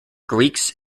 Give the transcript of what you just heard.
greeks